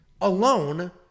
alone